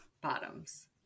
bottoms